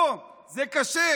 לא, זה קשה.